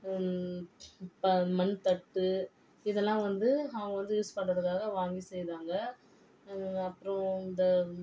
இப்போ மண் தட்டு இதெல்லாம் வந்து அவங்க வந்து யூஸ் பண்றதுக்காக வாங்கி செய்கிறாங்க அப்றம் இந்த